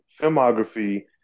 filmography